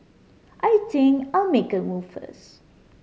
I think I'll make a move first